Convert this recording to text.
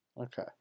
Okay